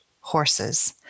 Horses